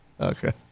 Okay